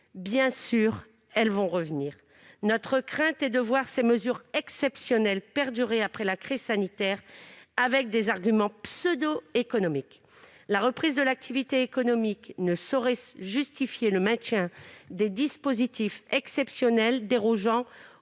dans ces secteurs ! Notre crainte est de voir ces mesures exceptionnelles perdurer après la crise sanitaire, sur la base d'arguments pseudo-économiques. La reprise de l'activité économique ne saurait justifier le maintien de dispositifs exceptionnels dérogeant